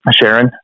Sharon